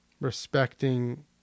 respecting